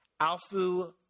Alfu